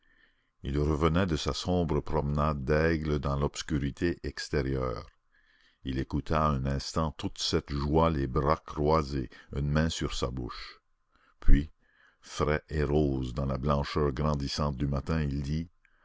il revenait de sa sombre promenade d'aigle dans l'obscurité extérieure il écouta un instant toute cette joie les bras croisés une main sur sa bouche puis frais et rose dans la blancheur grandissante du matin il dit